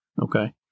Okay